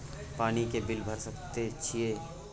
पानी के बिल भर सके छियै?